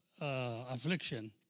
affliction